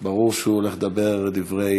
ברור שהוא הולך לדבר דברי,